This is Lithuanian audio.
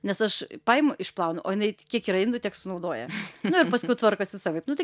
nes aš paimu išplaunu o jinai kiek yra indų tiek sunaudoja nu ir paskui tvarkosi savaip nu tai